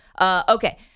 Okay